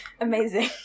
Amazing